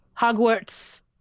hogwarts